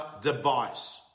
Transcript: device